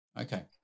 Okay